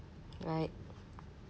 right